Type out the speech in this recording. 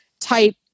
type